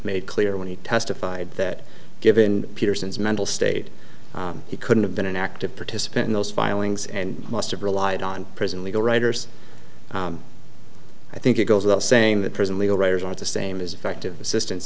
made clear when he testified that given peterson's mental state he couldn't have been an active participant in those filings and must have relied on prison legal writers i think it goes without saying that personally all writers are the same is affective assistance